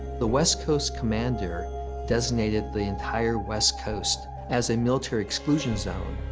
the west coast commander designated the entire west coast as a military exclusion zone,